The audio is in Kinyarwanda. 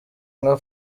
nka